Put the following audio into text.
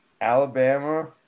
Alabama